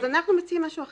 אנחנו מציעים משהו אחר,